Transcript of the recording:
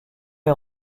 est